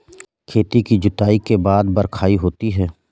खेती की जुताई के बाद बख्राई होती हैं?